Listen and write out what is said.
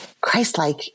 Christ-like